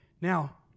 Now